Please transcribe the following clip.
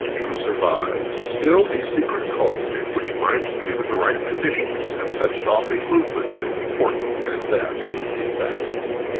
who survived, still a secret cult, which might, given the right conditions, have touched off a movement as important as that of the assassins.